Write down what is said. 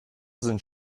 sind